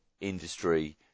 industry